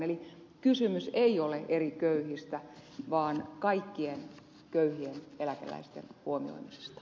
eli kysymys ei ole eri köyhistä vaan kaikkien köyhien eläkeläisten huomioimisesta